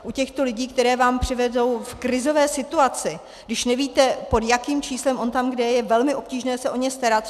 U těchto lidí, které vám přivezou v krizové situaci, když nevíte, pod jakým číslem on tam kde je, je velmi obtížné se o ně starat.